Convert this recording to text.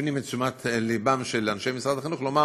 המפנים את תשומת לבם של אנשי משרד החינוך לומר